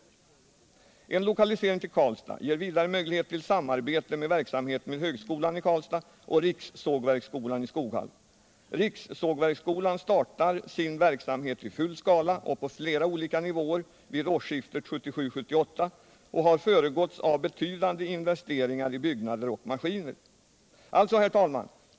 Nr 56 En lokalisering till Karlstad ger vidare möjlighet till samarbete med verksamheten vid högskolan i Karlstad och rikssågverksskolan i Skoghall. Rikssågverksskolan startar sin verksamhet i full skala och på flera olika nivåer vid årsskiftet 1977-1978 och har föregåtts av betydande inves — De mindre och teringar i byggnader och maskiner. medelstora Herr talman!